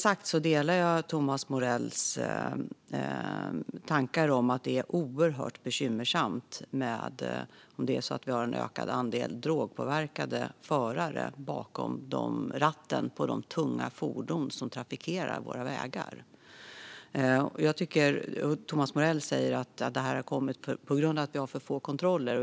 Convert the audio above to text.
Jag delar Thomas Morells tankar om att det är oerhört bekymmersamt om det är så att vi har en ökad andel drogpåverkade förare bakom ratten på de tunga fordon som trafikerar våra vägar. Thomas Morell säger att detta har uppstått på grund av att vi har för få kontroller.